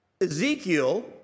Ezekiel